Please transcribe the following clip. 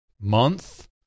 month